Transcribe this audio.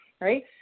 right